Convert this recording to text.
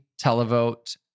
televote